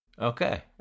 Okay